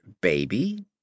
baby